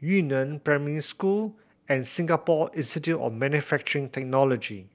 Yu Neng Primary School and Singapore Institute of Manufacturing Technology